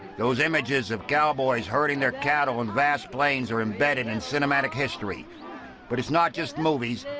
those images of cowboys herding their cattle on vast plains are embedded in cinematic history but it's not just movies,